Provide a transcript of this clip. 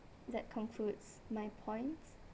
that concludes my points